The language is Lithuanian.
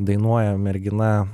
dainuoja mergina